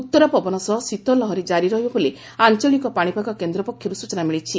ଉତ୍ତରା ପବନ ସହ ଶୀତ ଲହରୀ ଜାରି ରହିବ ବୋଲି ଆଞ୍ଚଳିକ ପାଶିପାଗ କେନ୍ଦ୍ର ପକ୍ଷର୍ ସ୍ଚନା ମିଳିଛି